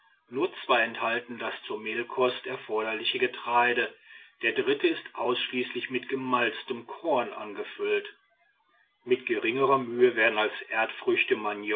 nur zwei enthalten das zur mehlkost erforderliche getreide der dritte ist ausschließlich mit gemalztem korn angefüllt mit geringer mühe werden als